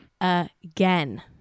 again